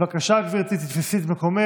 בבקשה, גברתי, תתפסי את מקומך.